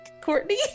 Courtney